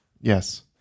Yes